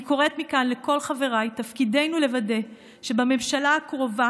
אני קוראת מכאן לכל חבריי: תפקידנו לוודא שבממשלה הקרובה